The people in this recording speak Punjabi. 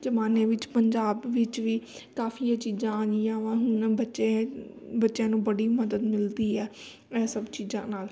ਜ਼ਮਾਨੇ ਵਿੱਚ ਪੰਜਾਬ ਵਿੱਚ ਵੀ ਕਾਫੀ ਇਹ ਚੀਜ਼ਾਂ ਆ ਗਈਆਂ ਵਾ ਹੁਣ ਨਾ ਬੱਚੇ ਬੱਚਿਆਂ ਨੂੰ ਬੜੀ ਮਦਦ ਮਿਲਦੀ ਹੈ ਇਹ ਸਭ ਚੀਜ਼ਾਂ ਨਾਲ